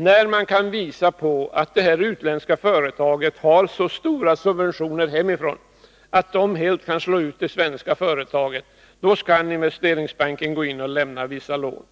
Om det kan visas på att detta utländska företag har så stora subventioner hemifrån att det helt enkelt kan slå ut det svenska företaget, skall Investeringsbanken kunna lämna vissa lån.